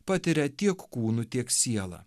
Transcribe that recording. patiria tiek kūnu tiek siela